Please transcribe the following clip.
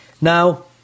Now